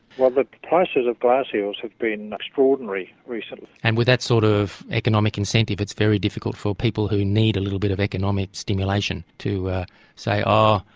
well, the prices of glass eels have been extraordinary recently. and with that sort of economic incentive, it's very difficult for people who need a little bit of economic stimulation to say, oh,